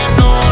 no